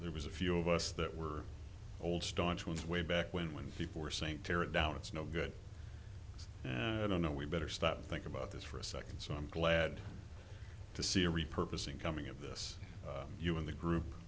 there was a few of us that were old staunch ones way back when when people were saying tear it down it's no good i don't know we better stop think about this for a second so i'm glad to see a repurchasing coming of this you in the group